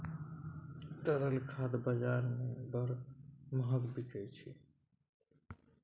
तरल खाद बजार मे बड़ महग बिकाय छै